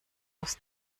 aufs